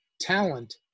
talent